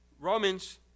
Romans